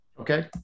Okay